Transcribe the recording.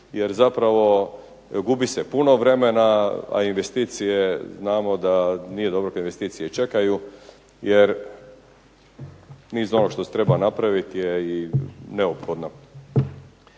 jer zapravo gubi se puno vremena, a investicije znamo da nije dobro, investicije čekaju jer niz onog što se treba napraviti je i neophodno.